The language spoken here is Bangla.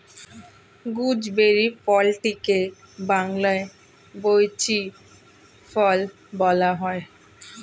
গুজবেরি ফলটিকে বাংলায় বৈঁচি ফল বলা হয়